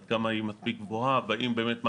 עד כמה היא מספיק גבוהה והאם באמת מה